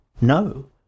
No